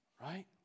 right